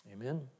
Amen